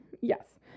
Yes